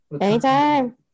Anytime